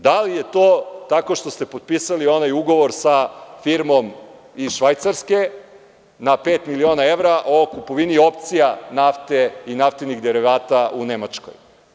Da li je to tako što ste potpisali onaj ugovor sa firmom iz Švajcarske na pet miliona evra o kupovini opcija nafte i naftinih derivata u Nemačkoj?